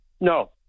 No